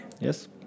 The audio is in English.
Yes